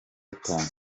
atanu